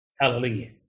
Hallelujah